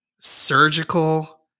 surgical